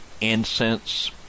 incense